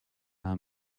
how